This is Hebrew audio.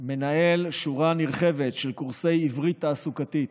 מנהל שורה נרחבת של קורסי עברית תעסוקתית.